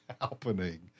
happening